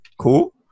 cool